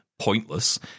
Pointless